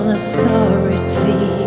authority